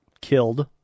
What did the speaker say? killed